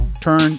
turn